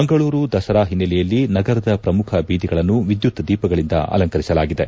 ಮಂಗಳೂರು ದಸರಾ ಹಿನ್ನೆಲೆಯಲ್ಲಿ ನಗರದ ಪ್ರಮುಖ ಬೀದಿಗಳನ್ನು ವಿದ್ಯುತ್ ದೀಪಗಳಿಂದ ಅಲಂಕರಿಸಲಾಗಿದೆ